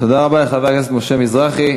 תודה רבה לחבר הכנסת משה מזרחי.